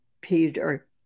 Peter